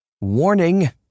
Warning